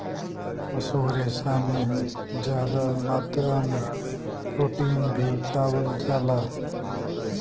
पशु रेसा में जादा मात्रा में प्रोटीन भी पावल जाला